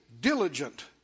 diligent